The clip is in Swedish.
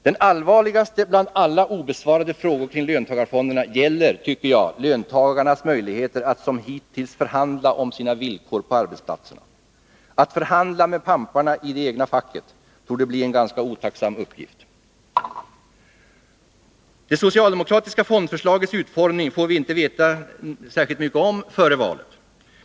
| Den allvarligaste bland alla obesvarade frågor kring löntagarfonderna | gäller, tycker jag, löntagarnas möjligheter att som hittills förhandla om sina villkor på arbetsplatserna. Att förhandla med pamparna i det egna facket torde bli en ganska otacksam uppgift. Det socialdemokratiska fondförslagets utformning får vi inte veta särskilt mycket om före valet.